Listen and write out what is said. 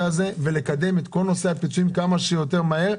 זה ולקדם את כל נושא הפיצויים כמה שיותר מהר.